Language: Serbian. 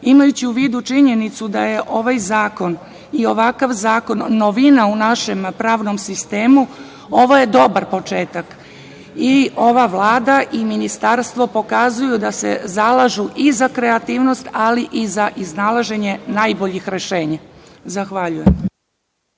praksi. Imajući u vidu činjenicu da je ovaj zakon i ovakav zakon novina u našem pravnom sistemu, ovo je dobar početak i ova Vlada i Ministarstvo pokazuju da se zalažu i za kreativnost, ali i za iznalaženje najboljih rešenja. Zahvaljujem.